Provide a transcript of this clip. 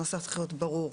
הנוסח צריך להיות ברור.